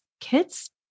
Kids